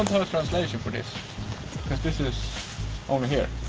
translation for this. because this is only here.